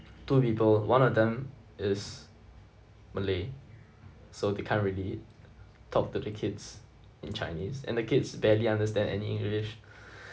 two people one of them is malay so they can't really talk to the kids in chinese and the kids barely understand any english